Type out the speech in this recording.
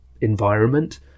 environment